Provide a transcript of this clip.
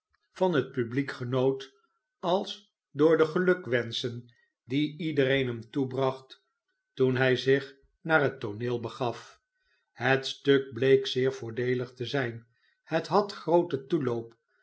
van het publiek genoot als door de gelukwenschen die iedereen hem toebracht toen hij zich naar het tooneel begaf het stuk bleek zeer voordeelig te zijn het had grooten toeloop